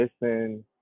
listen